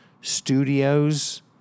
studios